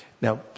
Now